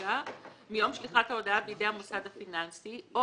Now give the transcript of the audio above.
מיום שליחת ההודעה בידי המוסד הפיננסי או